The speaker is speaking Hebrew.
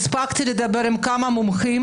הספקתי לדבר עם כמה מומחים